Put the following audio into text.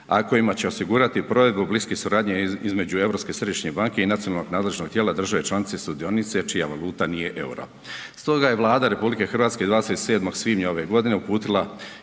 a kojima će osigurati provedbu bliske suradnje između Europske središnje banke i nacionalnog nadležnog tijela države članice sudionice čija valuta nije EUR-o. Stoga je Vlada RH 27. svibnja ove godine uputila